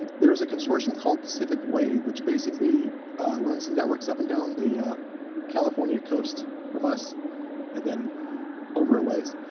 and there is a consortium called pacific wave which basically runs networks up and down the california coast from us and then over a ways.